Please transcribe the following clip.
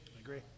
Agree